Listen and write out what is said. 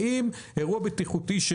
האם אירוע בטיחותי של מערכות אחרות,